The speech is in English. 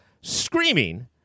screaming